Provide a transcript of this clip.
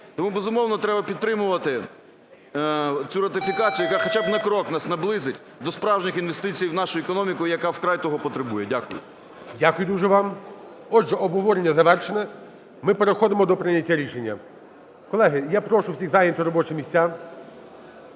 Тому, безумовно, треба підтримувати цю ратифікацію, яка хоча б на крок нас наблизить до справжніх інвестицій в нашу економіку, яка вкрай того потребує. Дякую. ГОЛОВУЮЧИЙ. Дякую дуже вам. Отже, обговорення завершене, ми переходимо до прийняття рішення. Колеги, я прошу всіх зайняти робочі місця.